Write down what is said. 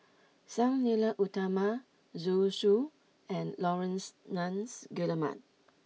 Sang Nila Utama Zhu Xu and Laurence Nunns Guillemard